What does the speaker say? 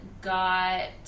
got